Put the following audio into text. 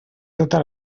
tota